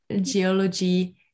geology